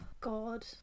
God